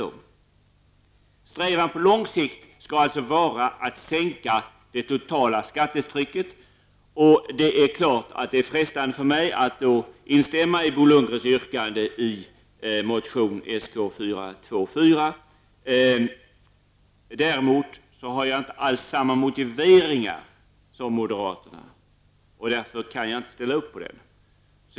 Strävan på lång sikt skall alltså vara att sänka det totala skattetrycket. Och det är klart att det då är frestande för mig att instämma i Bo Lundgrens yrkande i motion Sk424. Däremot har jag inte alls samma motiveringar som moderaterna och därför kan jag inte ställa upp.